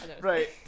Right